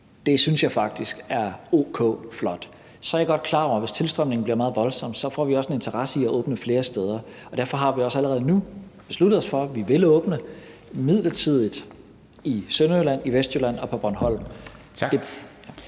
synes jeg faktisk er o.k. flot. Så er jeg godt klar over, at hvis tilstrømningen bliver meget voldsom, får vi også en interesse i at åbne flere steder, og derfor har vi også allerede nu besluttet os for, at vi vil åbne midlertidigt i Sønderjylland, i Vestjylland og på Bornholm. Kl.